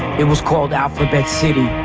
it was called alphabet city,